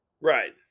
Right